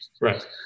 Right